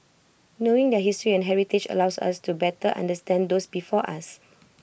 knowing their history and heritage allows us to better understand those before us